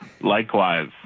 likewise